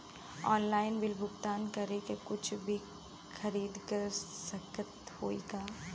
Online bill भुगतान करके कुछ भी खरीदारी कर सकत हई का?